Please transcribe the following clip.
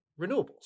renewables